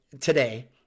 today